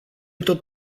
tot